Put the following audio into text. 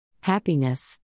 Happiness